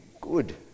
good